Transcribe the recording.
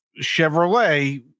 Chevrolet